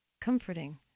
comforting